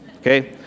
okay